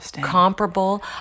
comparable